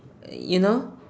uh you know